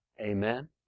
amen